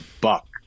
buck